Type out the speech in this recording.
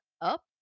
up